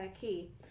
key